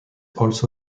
also